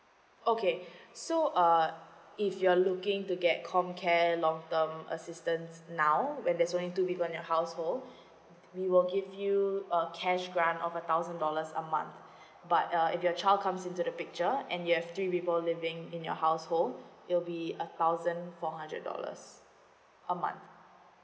okay so uh if you're looking to get com care long term assistance now when there's only two people in your household we will give you a cash grant of a thousand dollars a month but uh if your child comes into the picture and you have three actually people living in your household it'll be a thousand four hundred dollars a month